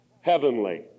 heavenly